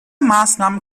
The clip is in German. maßnahmen